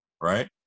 right